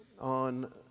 on